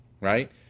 right